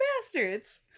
Bastards